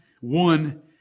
One